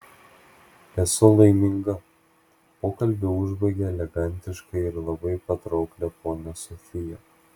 esu laiminga pokalbį užbaigė elegantiška ir labai patraukli ponia sofija